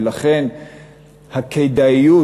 ולכן הכדאיות,